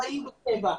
947,